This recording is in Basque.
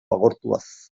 agortuaz